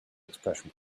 expression